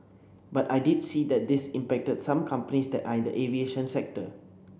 but I did see that this impacted some companies that are in the aviation sector